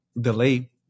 delay